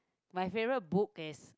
my favourite book is